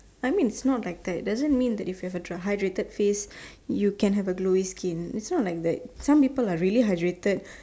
I mean is not like that doesn't mean that if you have a hydrated face you can have a glowy skin it's not like that some people are really hydrated